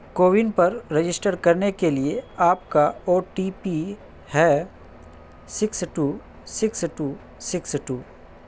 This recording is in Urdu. کوون پر رجسٹر کرنے کے لیے آپ کا او ٹی پی ہے six two six two six to